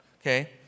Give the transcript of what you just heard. okay